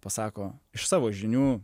pasako iš savo žinių